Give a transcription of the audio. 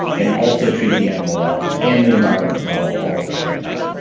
and also treat the animal well and the environment well all at the same time,